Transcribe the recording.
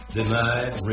denied